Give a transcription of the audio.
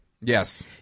yes